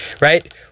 Right